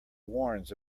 warns